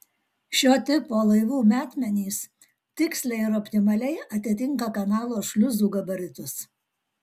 šio tipo laivų metmenys tiksliai ir optimaliai atitinka kanalo šliuzų gabaritus